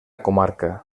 comarca